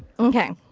okay.